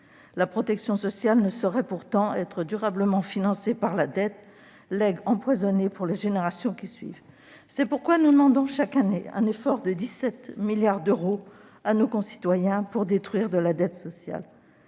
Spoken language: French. La protection sociale ne saurait pourtant être durablement financée par la dette, legs empoisonné pour les générations qui suivent. C'est pourquoi nous demandons chaque année un effort de 17 milliards d'euros à nos concitoyens pour détruire de la dette sociale.